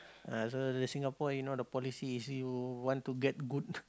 ah so the Singapore you know the policy is you want to get good